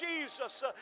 Jesus